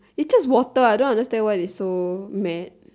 it's just water I don't understand why they so mad